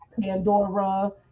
pandora